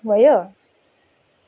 भयो